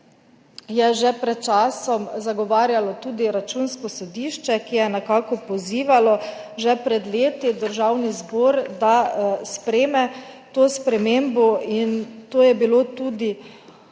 je že pred časom zagovarjalo tudi Računsko sodišče, ki je nekako pozivalo že pred leti Državni zbor, da sprejme to spremembo, in to je bilo tudi